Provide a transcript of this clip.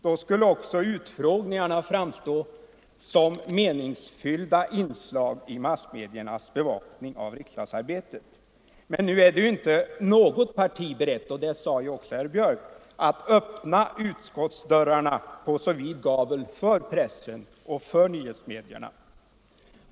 Då skulle också utfrågningarna framstå som menings Onsdagen den fyllda inslag i massmediernas bevakning av riksdagsarbetet. Men nu är inte = 30 oktober 1974 något parti berett — det sade också herr Björck — att öppna utskottsdörrarna på så vid gavel för pressen och övriga nyhetsmedier.